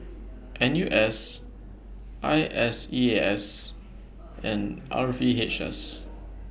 N U S I S E A S and R V H S